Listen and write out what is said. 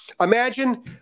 Imagine